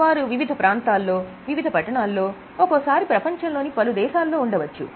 వారు వివిధ ప్రాంతాల్లో వివిధ పట్టణాల్లో ఒక్కోసారి ప్రపంచంలోని పలు దేశాల్లో ఉండవచ్చు